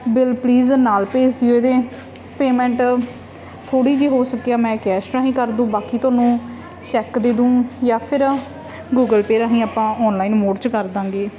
bill please ਨਾਲ ਭੇਜ ਦਿਓ ਇਹਦੇ ਪੇਮੈਂਟ ਥੋੜ੍ਹੀ ਜਿਹੀ ਹੋ ਸਕਿਆ ਮੈਂ ਕੈਸ਼ ਰਾਹੀਂ ਕਰ ਦੂੰ ਬਾਕੀ ਤੁਹਾਨੂੰ ਚੈੱਕ ਦੇ ਦੂੰ ਜਾਂ ਫਿਰ ਗੂਗਲ ਪੇ ਰਾਹੀਂ ਆਪਾਂ ਔਨਲਾਈਨ ਮੋਡ 'ਚ ਕਰ ਦਾਂਗੇ